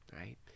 right